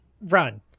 Run